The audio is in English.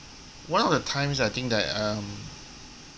one of the times I think that um